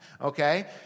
Okay